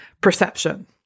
perception